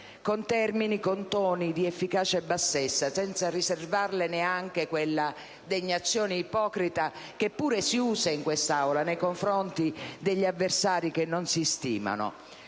con termini e con toni di efficace bassezza, senza riservarle neanche quella degnazione ipocrita che pure si usa in quest'Aula nei confronti degli avversari che non si stimano.